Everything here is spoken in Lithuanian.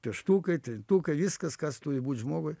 pieštukai trintukai viskas kas turi būt žmogui